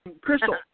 Crystal